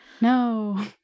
No